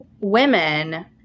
women